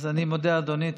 אז אני מודה, אדוני.